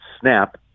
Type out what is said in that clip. snap